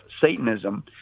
Satanism